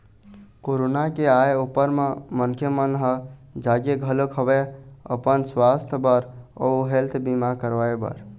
corona के आय ऊपर म मनखे मन ह जागे घलोक हवय अपन सुवास्थ बर अउ हेल्थ बीमा करवाय बर